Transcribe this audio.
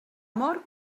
mor